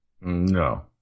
No